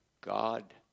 God